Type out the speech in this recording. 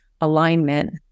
alignment